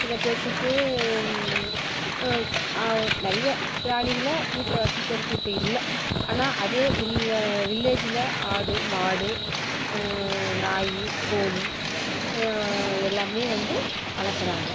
சிலப் பேருத்துக்கு நிறைய பிராணிகளை வீட்டில் வசிக்கிறது இப்போ இல்லை ஆனால் அதே வில்ல வில்லேஜில் ஆடு மாடு நாய் கோழி எல்லாமே வந்து வளர்க்கறாங்க